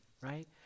right